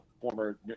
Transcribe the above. former